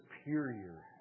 superior